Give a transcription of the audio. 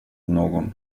någon